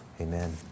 Amen